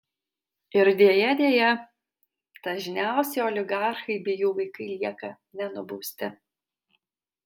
ir deja deja dažniausiai oligarchai bei jų vaikai lieka nenubausti